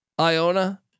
Iona